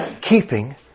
keeping